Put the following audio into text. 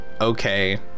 Okay